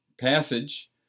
passage